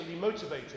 motivated